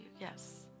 Yes